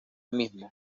mismo